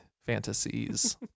fantasies